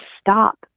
stop